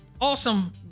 awesome